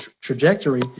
trajectory